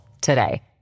today